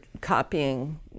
copying